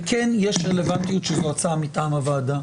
וכן יש רלוונטיות שזו הצעה מטעם הוועדה.